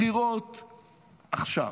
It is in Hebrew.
בחירות עכשיו.